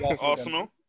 Arsenal